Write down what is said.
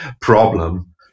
problem